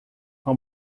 com